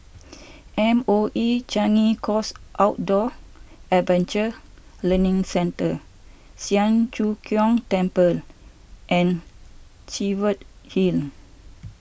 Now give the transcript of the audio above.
M O E Changi Coast Outdoor Adventure Learning Centre Siang Cho Keong Temple and Cheviot Hill